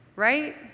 right